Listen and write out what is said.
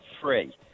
free